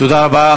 תודה רבה.